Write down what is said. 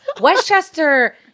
Westchester